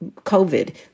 COVID